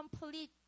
Complete